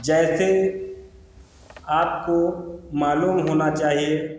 जैसे आपको मालूम होना चाहिए